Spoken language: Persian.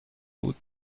بود